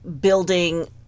building